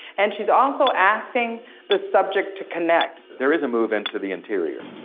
and she's also asking the subject to connect. there is a move into the interior.